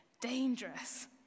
dangerous